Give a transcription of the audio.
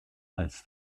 als